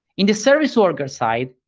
in the service worker side,